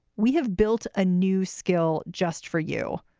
we have built a new skill just for you.